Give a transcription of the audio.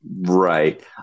Right